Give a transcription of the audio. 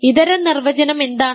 ഇതര നിർവചനം എന്താണ്